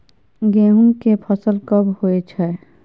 गेहूं के फसल कब होय छै?